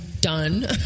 done